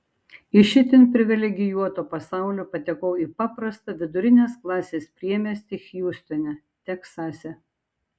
iš itin privilegijuoto pasaulio patekau į paprastą vidurinės klasės priemiestį hjustone teksase